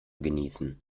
genießen